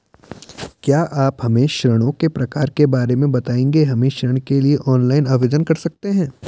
क्या आप हमें ऋणों के प्रकार के बारे में बताएँगे हम ऋण के लिए ऑनलाइन आवेदन कर सकते हैं?